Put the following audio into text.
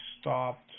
stopped